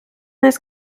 this